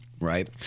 right